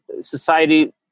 society